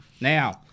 Now